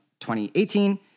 2018